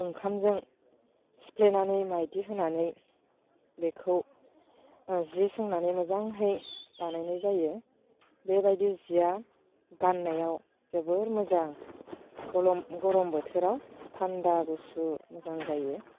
ओंखामजों सिफ्लेनानै माइदि होनानै बेखौ सि सोंनानै मोजाङै बानायनाय जायो बेबायदि सिया गाननायाव जोबोद मोजां गरम बोथोराव थान्दा गुसु मोजां जायो